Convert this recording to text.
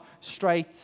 straight